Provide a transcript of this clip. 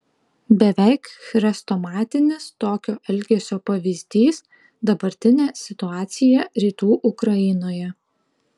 beveik chrestomatinis tokio elgesio pavyzdys dabartinė situacija rytų ukrainoje